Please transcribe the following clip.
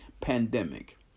pandemic